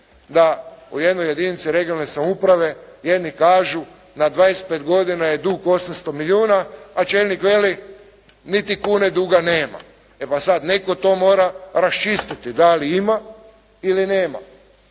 da u jednoj jedinici regionalne samouprave jedni kažu na 25 godina je dug 800 milijuna, a čelnik veli niti kune duga nema. E pa sada netko to mora raščistiti, da li ima ili nema.